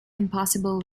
impossible